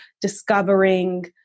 discovering